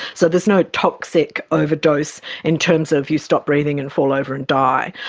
so there's no toxic overdose in terms of you stop breathing and fall over and die.